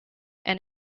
and